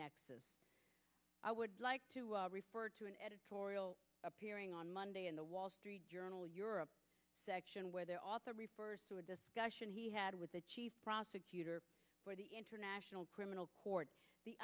next i would like to refer to an editorial appearing on monday in the wall street journal europe section where their author refers to a discussion he had with the chief prosecutor for the international criminal court the